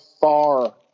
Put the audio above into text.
far